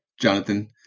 Jonathan